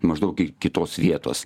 maždaug gi kitos vietos